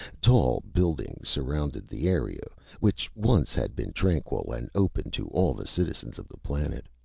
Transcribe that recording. tall building surrounded the area which once had been tranquil and open to all the citizens of the planet.